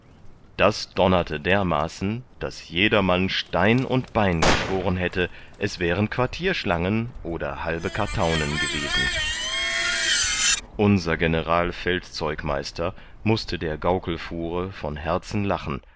das donnerte dermaßen daß jedermann stein und bein geschworen hätte es wären quartierschlangen oder halbe kartaunen gewesen unser generalfeldzeugmeister mußte der gaukelfuhre von herzen lachen